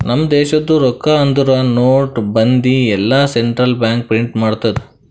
ನಮ್ ದೇಶದು ರೊಕ್ಕಾ ಅಂದುರ್ ನೋಟ್, ಬಂದಿ ಎಲ್ಲಾ ಸೆಂಟ್ರಲ್ ಬ್ಯಾಂಕ್ ಪ್ರಿಂಟ್ ಮಾಡ್ತುದ್